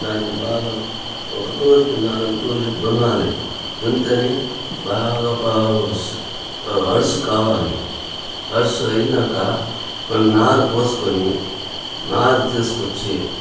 దాన్ని బాగా ఒక తూరికి నాలుగు తూర్లు దున్నాలి దున్తేనే బాగా పా అడుసు కావాలి అడుసు అయినాక మేము నారు పోసుకోని నారు తీసుకొచ్చి